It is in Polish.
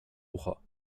ucho